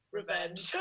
revenge